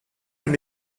and